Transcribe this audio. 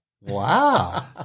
Wow